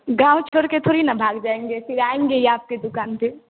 गाँव छोड़कर थोड़ी ना भाग जाएँगे फ़िर आएँगे ही आपकी दुकान पर